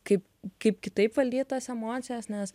kaip kaip kitaip valdyt tas emocijas nes